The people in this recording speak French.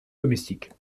domestiques